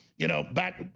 you know back